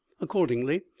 accordingly